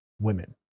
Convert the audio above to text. Women